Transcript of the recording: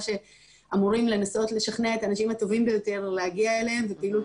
שאמורים לנסות לשכנע את האנשים הטובים ביותר להגיע אליהם ושפעילות